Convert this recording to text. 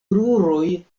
kruroj